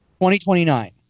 2029